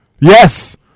Yes